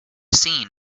seen